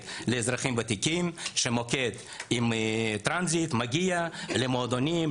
לאזרחים ותיקים; המוקד מגיע למועדונים,